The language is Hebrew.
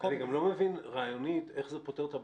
אני גם לא מבין רעיונית איך זה פותר את הבעיה.